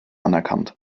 anerkannt